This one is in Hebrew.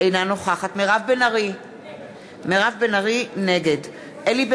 אינה נוכחת מירב בן ארי, נגד אלי בן-דהן,